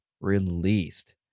released